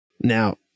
Now